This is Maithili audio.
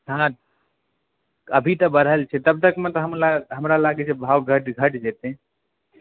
हँ अभी तऽ बढ़ल छै तब तकमे तऽ हमरा लागैत छै भाव घटि जेतै